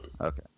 Okay